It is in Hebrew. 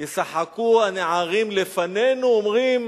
"ישחקו הנערים לפנינו", אומרים